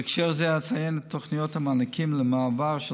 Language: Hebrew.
בהקשר זה אציין את תוכניות המענקים למעבר של